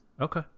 Okay